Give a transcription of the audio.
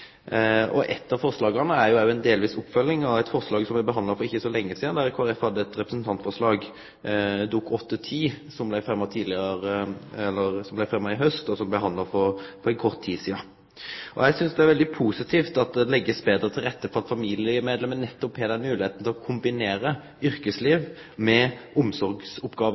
velferdsordningane. Eitt av forslaga er òg ei delvis oppfølging av eit forslag som me behandla for ikkje så lenge sidan. Kristeleg Folkeparti hadde eit representantforslag, Dokument 8:10 S, som blei fremma i haust, og som me behandla for kort tid sidan. Eg synest det er veldig positivt at det blir lagt betre til rette for at familiemedlemmer får moglegheit til å kombinere yrkesliv med omsorgsoppgåver